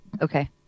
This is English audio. Okay